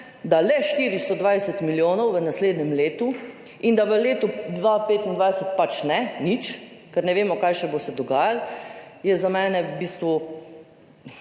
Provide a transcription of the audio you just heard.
da le 420 milijonov v naslednjem letu in da v letu 2025 pač ne, nič, ker ne vemo, kaj bo se še dogajalo, je za mene v bistvu,